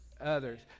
others